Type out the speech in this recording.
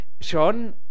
schon